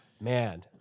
Man